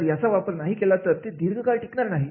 जर याचा वापर नाही केला तर ते दीर्घ काळ टिकणार नाही